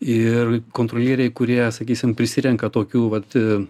ir kontrolieriai kurie sakysim prisirenka tokių vat